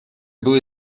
były